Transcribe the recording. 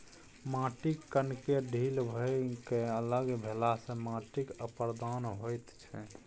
माटिक कणकेँ ढील भए कए अलग भेलासँ माटिक अपरदन होइत छै